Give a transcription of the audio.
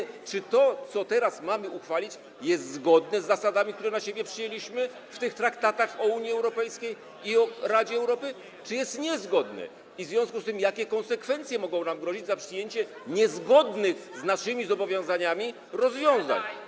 Chodzi o to, czy to, co teraz mamy uchwalić, jest zgodne z zasadami, które na siebie przyjęliśmy w tych traktatach o Unii Europejskiej i o Radzie Europy, czy nie, a w związku z tym - jakie konsekwencje mogą nam grozić za przyjęcie niezgodnych z naszymi zobowiązaniami rozwiązań.